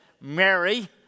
Mary